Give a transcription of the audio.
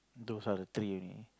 those are the three you need